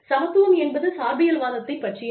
சமத்துவம் என்பது சார்பியல்வாதத்தை பற்றியது